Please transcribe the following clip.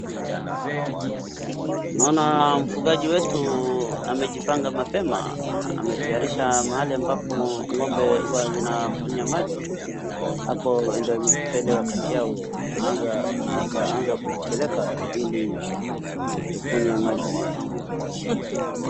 Naona mfungaji wetu amejipanga mapema, ametayarisha mahali ambapo ng'ombe huwa zinakunywa maji. Hapo ndio imefika ile wakati yao anaaza, na akaanza kuzipeleka ili wakunywe maji.